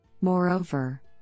Moreover